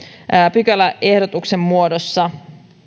pykäläehdotuksen muodossa